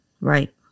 right